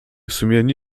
sumienie